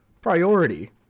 priority